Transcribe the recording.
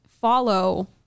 follow